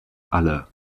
alle